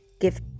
give